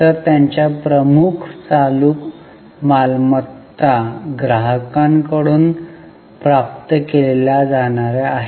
तर त्यांच्या प्रमुख चालू मालमत्ता ग्राहकांकडून प्राप्त केल्या जाणाऱ्या आहेत